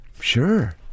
sure